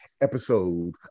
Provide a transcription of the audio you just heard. episode